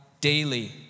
daily